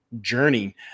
journey